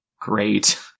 great